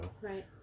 Right